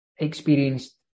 experienced